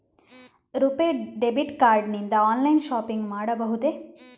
RuPay debit card ನಿಂದ online shopping ಮಾಡಬಹುದೇ?